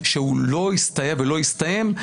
שהוא לא הסתיים ולא הסתיים.